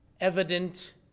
evident